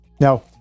Now